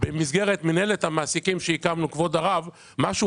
במסגרת מנהלת המעסיקים שהקמנו שזה משהו